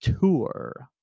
tour